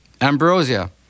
Ambrosia